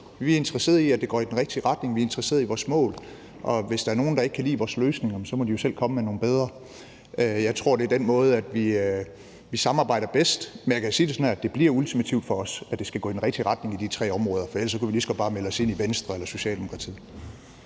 Vi er interesserede i, at det går i den rigtige retning. Vi er interesserede i vores mål. Og hvis der er nogle, der ikke kan lide vores løsninger, må de jo selv komme med nogle bedre. Jeg tror, det er den måde, vi samarbejder bedst på. Men jeg kan sige det sådan, at det bliver ultimativt for os i den forstand, at det skal gå i den rigtige retning på de tre områder, for ellers kunne vi lige så godt bare melde os ind i Venstre eller Socialdemokratiet.